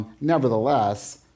Nevertheless